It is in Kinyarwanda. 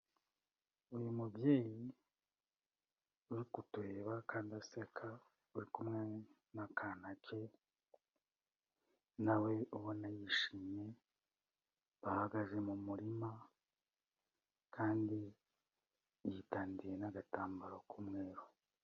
Uyu mubyeyi uri kutureba kandi aseka uri kumwe n'akana ke na we ubona yishimye, bahagaze mu murima kandi yitandiye n'agatambaro k'umweru.